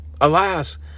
Alas